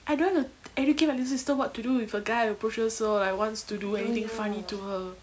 I don't have to educate my younger sister what to do if a guy approaches her or like wants to do anything funny to her